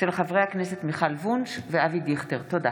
תודה.